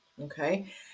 okay